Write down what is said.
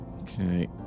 Okay